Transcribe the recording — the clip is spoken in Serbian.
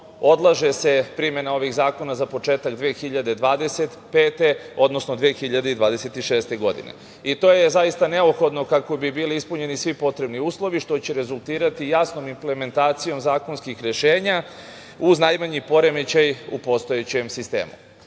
odlaže se primena ovih zakona za početak 2025. godine, odnosno 2026. godine. To je zaista neophodno kako bi bili ispunjeni svi potrebni uslovi, što će rezultirati jasnom implementacijom zakonskih rešenja, iz najmanji poremećaj u postojećem sistemu. Svakako